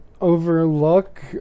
overlook